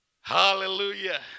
Hallelujah